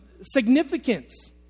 significance